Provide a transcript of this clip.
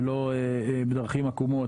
ולא בדרכים עקומות,